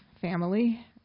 family